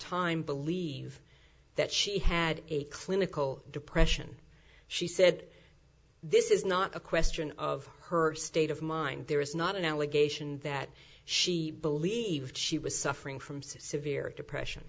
time believe that she had a clinical depression she said this is not a question of her state of mind there is not an allegation that she believed she was suffering from severe depression